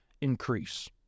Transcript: increase